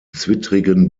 zwittrigen